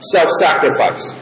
Self-sacrifice